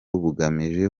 bugamije